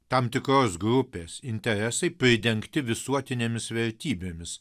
tam tikros grupės interesai pridengti visuotinėmis vertybėmis